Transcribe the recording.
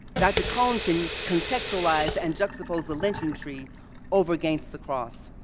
dr. cone but and contextualized and juxtaposed the lynching tree over against the cross.